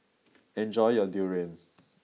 enjoy your durian